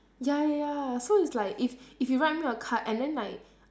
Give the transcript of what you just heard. ya ya ya so it's like if if you write me a card and then like